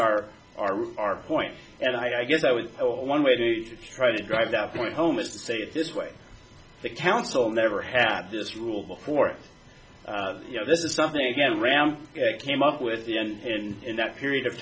our are our point and i guess i was one way to try to drive that point home is to say it this way the council never had this rule before you know this is something again rahm came up with in that period of